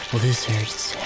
lizards